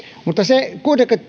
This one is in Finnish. mutta se kuitenkin